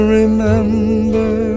remember